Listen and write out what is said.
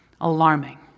alarming